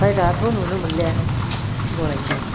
आमफ्राय दाथ' नुनो मोनले गरायखौ